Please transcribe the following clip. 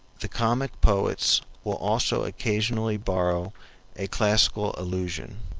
the comic poets will also occasionally borrow a classical allusion.